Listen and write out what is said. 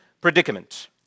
predicament